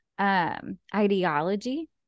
ideology